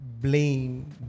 blame